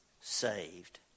saved